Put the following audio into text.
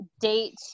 date